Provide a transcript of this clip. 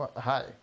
hi